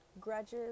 Grudges